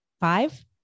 five